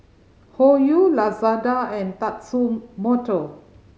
Hoyu Lazada and Tatsumoto